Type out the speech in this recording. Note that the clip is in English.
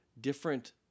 different